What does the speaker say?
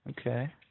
Okay